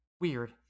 Weird